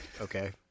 Okay